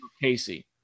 Casey